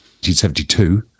1972